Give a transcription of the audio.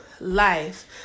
life